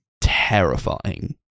Terrifying